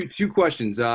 few questions.